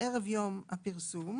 ערב יום הפרסום,